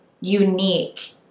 unique